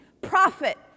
profit